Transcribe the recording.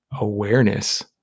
awareness